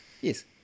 Yes